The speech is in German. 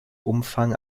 umfang